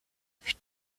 fut